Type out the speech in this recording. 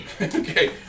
Okay